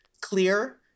clear